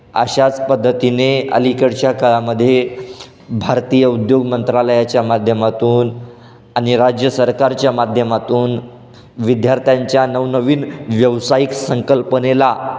अशाच पद्धतीने अलीकडच्या काळामध्ये भारतीय उद्योग मंत्रालयाच्या माध्यमातून आणि राज्य सरकारच्या माध्यमातून विद्यार्थ्यांच्या नवनवीन व्यावसायिक संकल्पनेला